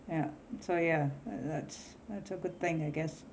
ya so ya that's that's a good thing I guess